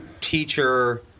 teacher